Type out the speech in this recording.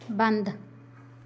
ਬੰਦ